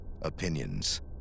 Opinions